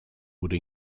would